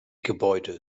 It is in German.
gebäude